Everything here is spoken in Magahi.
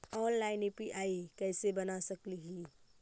ऑनलाइन यु.पी.आई कैसे बना सकली ही?